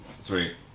Three